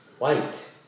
white